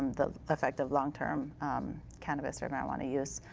the effect of longterm cannabis or marijuana use.